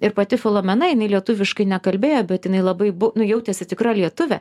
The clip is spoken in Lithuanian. ir pati filomena jinai lietuviškai nekalbėjo bet jinai labai bu nu jautėsi tikra lietuvė